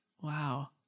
wow